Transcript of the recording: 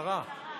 שרה.